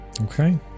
Okay